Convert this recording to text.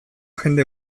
jende